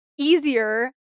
easier